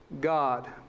GOD